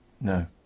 No